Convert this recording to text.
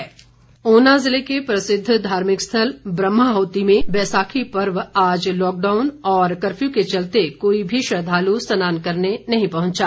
बैसाखी ऊना ज़िले के प्रसिद्ध धार्मिक स्थल ब्रह्माह्ति में बैसाखी पर्व पर आज लॉकडाउन और कर्फ्यू के चलते कोई भी श्रद्वालु स्नान करने नहीं पहुंचा